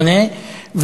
הוא תמיד עונה,